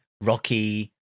rocky